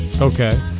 Okay